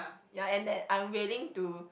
ya and then I'm willing to